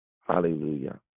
Hallelujah